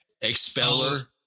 expeller